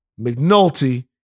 McNulty